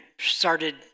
started